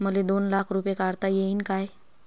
मले दोन लाख रूपे काढता येईन काय?